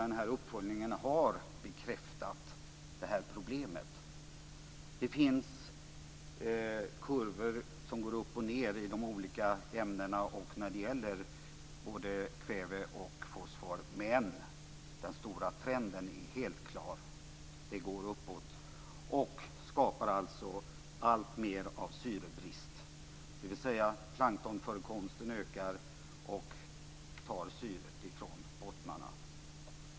Denna uppföljning har bekräftat detta problem. Kurvorna går upp och ned för de olika ämnena och när det gäller både kväve och fosfor, men den stora trenden är helt klar. Kurvorna går uppåt, och det skapar alltså alltmer av syrebrist. Planktonförekomsten ökar, och det tar syret ifrån bottnarna.